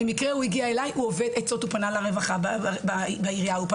במקרה הוא הגיע אליי, הוא עובד עצות.